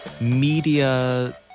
media